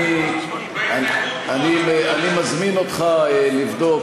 אני מזמין אותך לבדוק,